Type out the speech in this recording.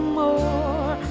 more